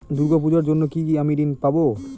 দূর্গা পূজার জন্য কি আমি ঋণ পাবো?